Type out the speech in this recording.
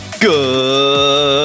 Good